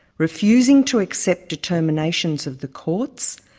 refusing to accept determinations of the courts,